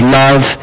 love